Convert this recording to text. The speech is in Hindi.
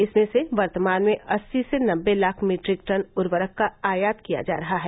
इसमें से वर्तमान में अस्सी से नबे लाख मीट्रिक टन उर्वरक का आयात किया जा रहा है